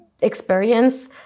experience